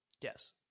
Yes